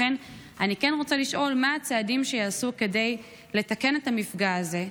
לכן אני כן רוצה לשאול מה הצעדים שייעשו כדי לתקן את המפגע הזה,